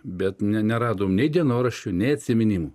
bet ne neradom nei dienoraščių nei atsiminimų